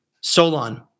Solon